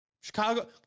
Chicago